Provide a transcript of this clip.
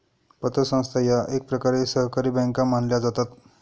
पतसंस्था या एकप्रकारे सहकारी बँका मानल्या जातात